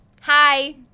hi